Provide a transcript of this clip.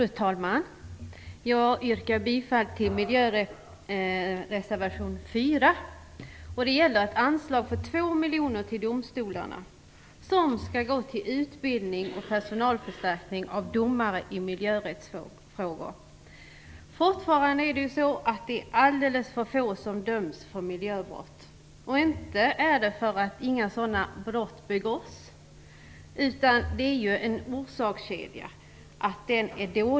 Fru talman! Jag yrkar bifall till miljöreservation 4. Den gäller anslag på 2 miljoner till domstolarna som skall gå till utbildning och personalförstärkning av domare i miljörättsfrågor. Fortfarande är det så att alldeles för få döms för miljöbrott. Inte för att inga sådana brott begås, utan beroende på en dålig orsakskedja.